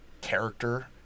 character